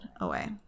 away